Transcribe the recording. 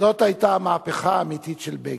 זאת היתה המהפכה האמיתית של בגין.